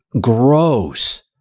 Gross